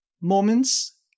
moments